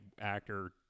actor